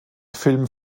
filmen